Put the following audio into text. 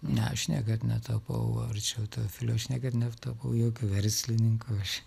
ne aš niekad netapau arčiau teofilio aš niekad netapau jokių verslininku aš